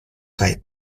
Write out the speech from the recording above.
kaj